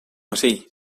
así